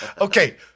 Okay